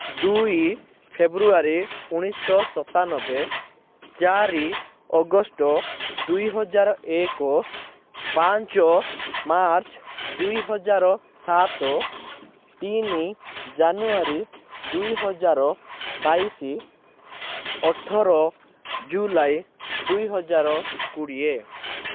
ଦୁଇ ଫେବୃଆରୀ ଉଣେଇଶହ ସତାନାବେ ଚାରି ଅଗଷ୍ଟ ଦୁଇହଜାର ଏକ ପାଞ୍ଚ ମାର୍ଚ୍ଚ ଦୁଇହଜାର ସାତ ତିନି ଜାନୁଆରୀ ଦୁଇହଜାର ବାଇଶ ଅଠର ଜୁଲାଇ ଦୁଇହଜାର କୋଡ଼ିଏ